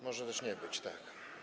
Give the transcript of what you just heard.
Może też nie być, tak.